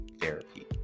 therapy